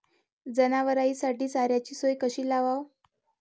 जनावराइसाठी चाऱ्याची सोय कशी लावाव?